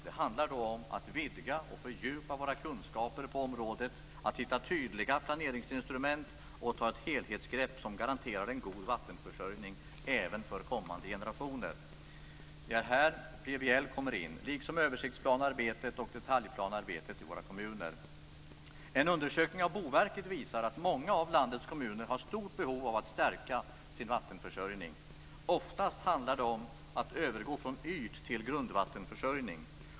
Det handlar då om att vidga och fördjupa våra kunskaper på området, att hitta tydliga planeringsinstrument och ta ett helhetsgrepp som garanterar en god vattenförsörjning även för kommande generationer. Det är här PBL kommer in, liksom översiktsplanarbetet och detaljplanarbetet i våra kommuner. En undersökning av Boverket visar att många av landets kommuner har stort behov av att stärka sin vattenförsörjning. Oftast handlar det om att övergå från yt till grundvattenförsörjning.